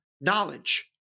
knowledge